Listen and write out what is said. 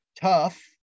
tough